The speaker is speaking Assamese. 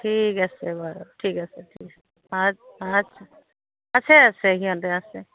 ঠিক আছে বাৰু ঠিক আছে অঁ অঁ আছে আছে সিহঁতে আছে